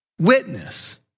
witness